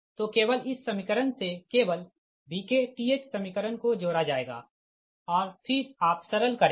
तो केवल इस समीकरण से केवल Vkth समीकरण को जोड़ा जाएगा और फिर आप सरल करेंगे